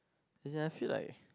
as in I feel like